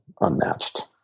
unmatched